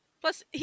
Plus